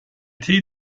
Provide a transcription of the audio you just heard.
tee